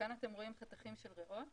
וכאן אתם רואים חתכים של ריאות